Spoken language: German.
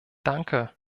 danke